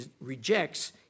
rejects